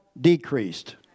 decreased